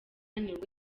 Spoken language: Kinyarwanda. nibwo